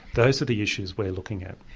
those are the issues we're looking at.